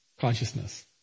consciousness